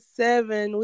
seven